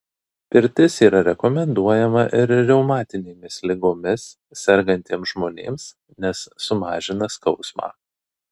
pirtis yra rekomenduojama ir reumatinėmis ligomis sergantiems žmonėms nes sumažina skausmą